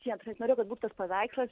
čia aš net norėjau kad būtų paveikslas